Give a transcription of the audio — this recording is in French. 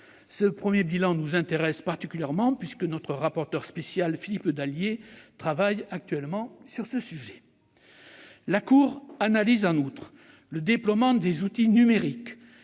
Ce premier bilan nous intéresse particulièrement, puisque notre rapporteur spécial Philippe Dallier travaille actuellement sur le sujet. La Cour analyse, en outre, le déploiement des outils numériques